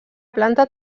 planta